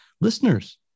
listeners